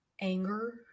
anger